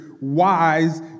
wise